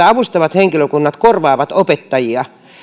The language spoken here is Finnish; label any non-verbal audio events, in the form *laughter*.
*unintelligible* avustava henkilökunta korvaa opettajia